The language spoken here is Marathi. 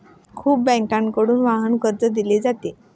खूप बँकांकडून वाहन कर्ज दिले जाते